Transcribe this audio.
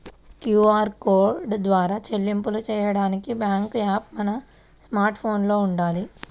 QR code ద్వారా చెల్లింపులు చెయ్యడానికి బ్యేంకు యాప్ మన స్మార్ట్ ఫోన్లో వుండాలి